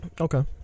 Okay